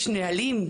יש נהלים?